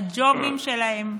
לג'ובים שלהם.